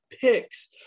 picks